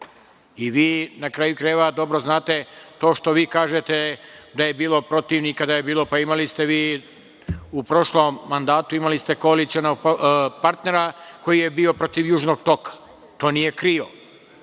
i vi, na kraju krajeva, dobro znate to što vi kažete da je bilo protivnika, pa imali ste vi u prošlom mandatu koalicionog partnera koji je bio protiv Južnog toka. To nije krio.